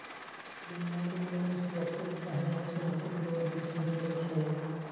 demand loan सुरक्षित चाहे असुरक्षित लोन हो सकइ छै